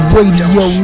Radio